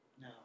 no